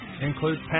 includes